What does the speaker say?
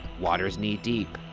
water's knee deep,